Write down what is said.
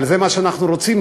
אבל זה מה שאנחנו רוצים?